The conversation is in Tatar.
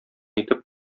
итеп